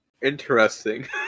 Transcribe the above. Interesting